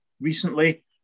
recently